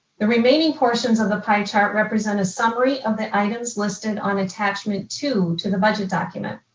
the remaining portions of the pie chart represent a summary of the items listed on attachment two to the budget document.